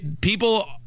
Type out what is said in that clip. people